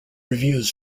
reviews